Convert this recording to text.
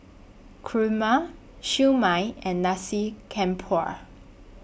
Kurma Siew Mai and Nasi Campur